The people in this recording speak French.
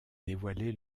dévoilés